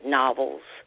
novels